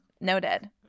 noted